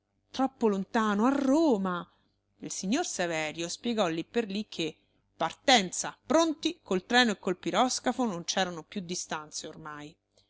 troppo lontano a roma il signor saverio spiegò lì per lì che partenza pronti col treno e col piroscafo non c'erano più distanze ormai